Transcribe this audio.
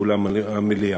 באולם המליאה.